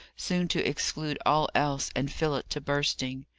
soon to exclude all else and fill it to bursting.